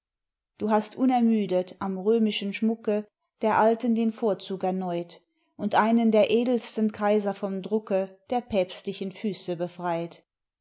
du hast unermüdet am römischen schmucke der alten den vorzug erneut und einen der edelsten kaiser vom drucke der päpstlichen füße befreit